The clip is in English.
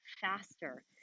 faster